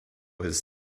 his